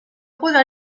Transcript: posar